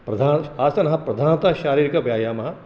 प्रधान् आसनः प्रधानता शारीरिकव्यायामः